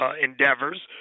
endeavors